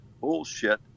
bullshit